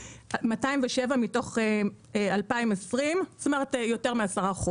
207 מתוך 2,020. זאת אומרת, יותר מ-10%,